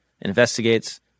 investigates